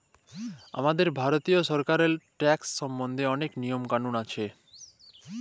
আমাদের ভারতীয় সরকারেল্লে ট্যাকস সম্বল্ধে অলেক লিয়ম কালুল আছে